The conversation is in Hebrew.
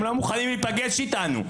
הם לא מוכנים להיפגש איתנו.